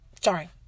Sorry